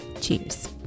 Cheers